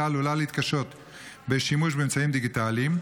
שעלולה להתקשות בשימוש באמצעים דיגיטליים,